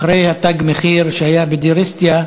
אחרי ה"תג מחיר" שהיה בדיר-איסתיא,